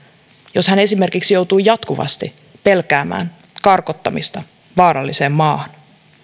jos hän esimerkiksi joutuu jatkuvasti pelkäämään karkottamista vaaralliseen maahan